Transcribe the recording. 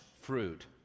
fruit